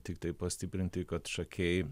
tiktai pastiprinti kad šakiai